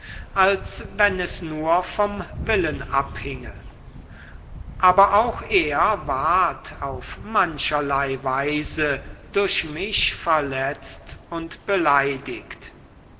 als wenn es nur vom willen abhinge aber auch er ward auf mancherlei weise durch mich verletzt und beleidigt